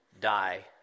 die